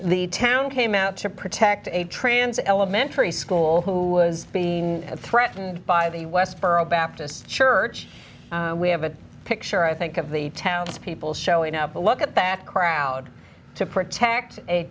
the town came out to protect a trans elementary school who has been threatened by the westboro baptist church we have a picture i think of the town's people showing up to look at that crowd to protect a